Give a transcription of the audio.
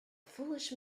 foolish